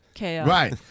Right